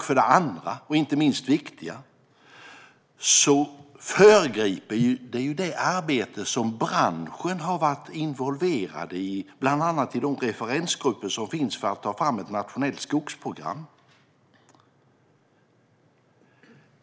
För det andra - och det är inte minst viktigt - föregriper man det arbete som branschen har varit involverad i, bland annat i de referensgrupper som finns när det gäller att ta fram ett nationellt skogsprogram.